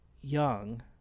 Young